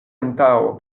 antaŭ